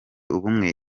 ubumwe